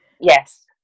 Yes